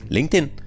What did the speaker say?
LinkedIn